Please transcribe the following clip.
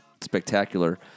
Spectacular